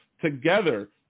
together